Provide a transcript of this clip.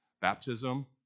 Baptism